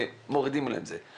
ומורידים להם את זה.